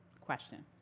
question